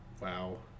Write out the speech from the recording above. wow